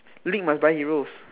league must buy heroes